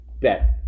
bet